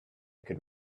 could